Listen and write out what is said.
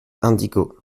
indigo